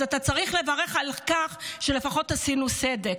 אז אתה צריך לברך על כך שלפחות עשינו צדק.